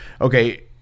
okay